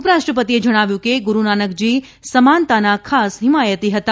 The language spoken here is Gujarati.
ઉપરાષ્ટ્રપતિએ જણાવ્યું કે ગૂરૂનાનકજી સમાનતાના ખાસ હિમાયતી હતા